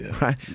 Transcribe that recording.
right